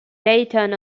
dayton